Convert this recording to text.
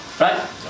Right